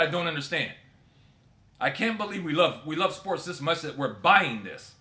i don't understand i can't believe we love we love sports this much that we're buying this